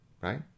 right